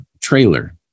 trailer